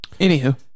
Anywho